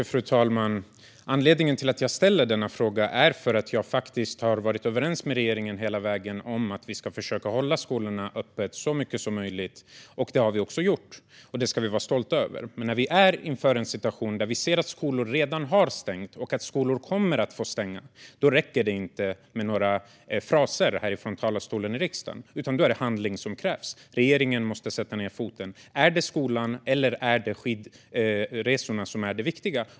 Fru talman! Anledningen till att jag ställer denna fråga är att jag faktiskt har varit överens med regeringen hela vägen om att vi ska försöka att hålla skolorna öppna så mycket som möjligt. Det har vi också gjort, och det ska vi vara stolta över. Men när vi står inför en situation där vi ser att skolor redan har stängt och att skolor kommer att få stänga räcker det inte med några fraser härifrån talarstolen i riksdagen, utan då är det handling som krävs. Regeringen måste sätta ned foten - är det skolan eller skidresorna som är det viktiga?